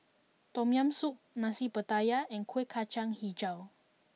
Tom Yam Soup Nasi Pattaya and Kueh Kacang HiJau